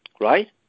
Right